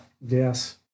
yes